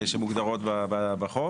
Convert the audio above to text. שמוגדרות בחוק.